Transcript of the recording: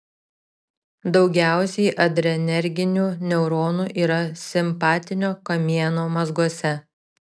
daugiausiai adrenerginių neuronų yra simpatinio kamieno mazguose